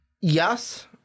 yes